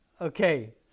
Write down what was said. Okay